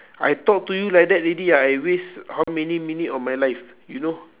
I talk to you like that already I waste how many minute of my life you know